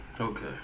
Okay